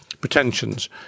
pretensions